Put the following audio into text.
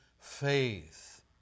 faith